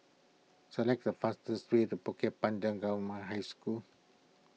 select the fastest way to Bukit Panjang Government High School